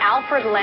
Alfred